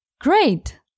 Great